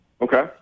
Okay